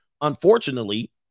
unfortunately